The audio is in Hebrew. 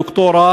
דוקטור,